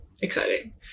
Exciting